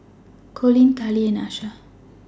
Colleen Kali and Asha